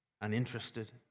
uninterested